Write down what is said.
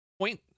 point